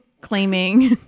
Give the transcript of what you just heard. claiming